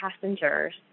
passengers